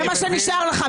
זה מה שנשאר לך,